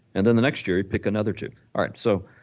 and then the next year pick another tip alright so